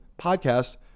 podcast